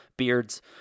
beards